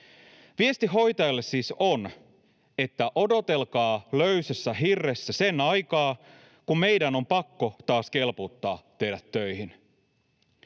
Viesti hoitajalle siis on, että odotelkaa löysässä hirressä sen aikaa, kun meidän on pakko taas kelpuuttaa teidät töihin.